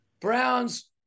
Browns